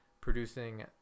producing